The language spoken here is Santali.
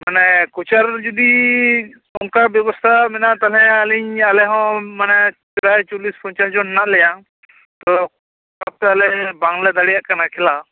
ᱢᱟᱱᱮ ᱠᱳᱪᱟᱨ ᱡᱩᱫᱤ ᱚᱱᱠᱟ ᱵᱮᱵᱚᱥᱛᱷᱟ ᱢᱮᱱᱟᱼᱟ ᱛᱟᱦᱚᱞᱮ ᱟᱞᱤᱧ ᱟᱞᱮ ᱦᱚᱸ ᱢᱟᱱᱮ ᱯᱨᱟᱭ ᱪᱚᱞᱞᱤᱥ ᱯᱚᱧᱪᱟᱥ ᱡᱚᱱ ᱦᱮᱱᱟ ᱞᱮᱭᱟ ᱛᱳ ᱱᱚᱛᱮ ᱟᱞᱮ ᱵᱟᱝ ᱞᱮ ᱫᱟᱲᱤᱭᱟᱜ ᱠᱟᱱᱟ ᱠᱷᱮᱞᱟ